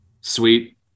Sweet